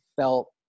felt